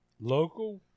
local